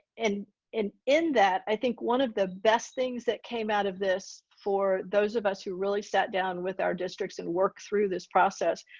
and in in that i think one of the best things that came out of this for those of us who really sat down with our districts and work through this process.